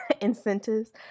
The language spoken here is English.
incentives